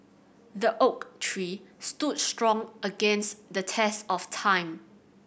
the oak tree stood strong against the test of time